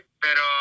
pero